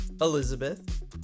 Elizabeth